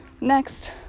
Next